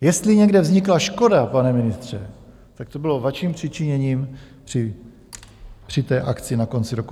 Jestli někde vznikla škoda, pane ministře, tak to bylo vaším přičiněním při té akci na konci roku 2022.